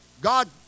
God